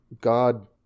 god